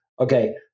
okay